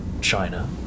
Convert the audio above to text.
China